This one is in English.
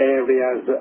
areas